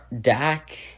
Dak